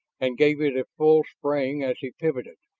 and gave it a full spraying as he pivoted,